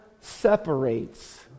separates